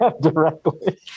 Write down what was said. directly